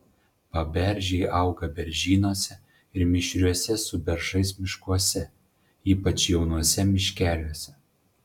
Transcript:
paberžiai auga beržynuose ir mišriuose su beržais miškuose ypač jaunuose miškeliuose